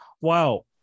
wow